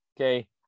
okay